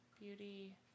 beauty